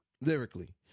lyrically